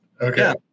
okay